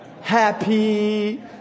Happy